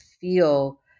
feel